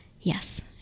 yes